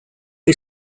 who